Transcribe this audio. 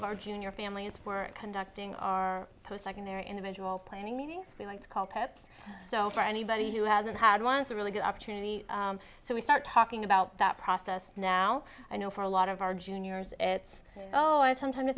of our junior families for conducting our post secondary individual planning meetings we like to call pets so for anybody who hasn't had once a really good opportunity so we start talking about that process now i know for a lot of our juniors it's oh i